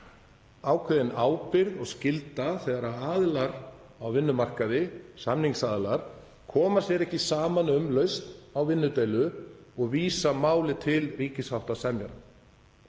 ákveðin ábyrgð og skylda þegar aðilar á vinnumarkaði, samningsaðilar, koma sér ekki saman um lausn á vinnudeilu og vísa máli til ríkissáttasemjara.